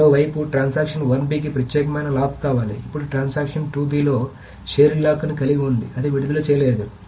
మరోవైపు transaction 1 b కి ప్రత్యేకమైన లాక్ కావాలి ఇప్పుడు ట్రాన్సాక్షన్ 2 b లో షేర్డ్ లాక్ను కలిగి ఉంది అది విడుదల చేయలేదు